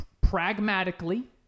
Pragmatically